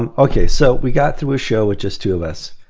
um okay so we got through a show with just two of us.